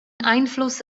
einfluss